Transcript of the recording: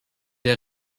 der